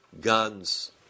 guns